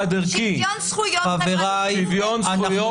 שוויון זכויות חברתי ומדיני --- שוויון זכויות,